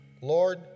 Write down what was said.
Lord